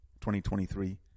2023